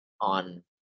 on